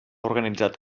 organitzat